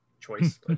choice